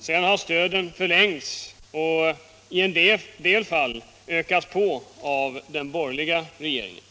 Sedan har stöden förlängts och i en del fall ökats på av den borgerliga regeringen.